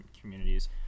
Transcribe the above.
communities